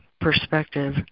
perspective